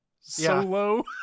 Solo